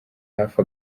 hafi